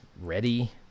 ready